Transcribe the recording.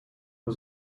was